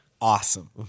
awesome